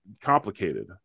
complicated